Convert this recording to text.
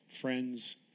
friends